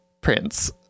Prince